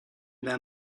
down